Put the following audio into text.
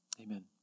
Amen